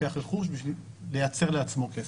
לוקח רכוש בשביל לייצר לעצמו כסף.